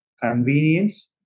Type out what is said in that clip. convenience